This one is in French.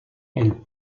elle